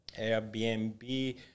Airbnb